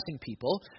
people